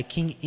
King